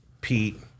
pete